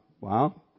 Wow